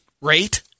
rate